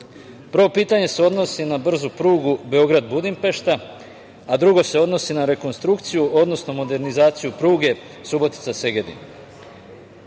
pitanje se odnosi na brzu prugu Beograd - Budimpešta, a drugo se odnosi na rekonstrukciju, odnosno, modernizaciju pruge Subotica